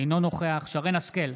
אינו נוכח שרן מרים השכל,